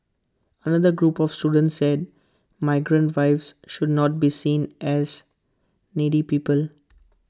another group of students said migrant wives should not be seen as needy people